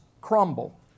crumble